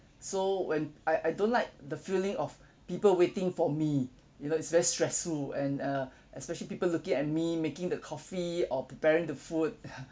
so when I I don't like the feeling of people waiting for me you know it's very stressful and uh especially people looking at me making the coffee or preparing the food